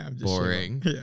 boring